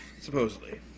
supposedly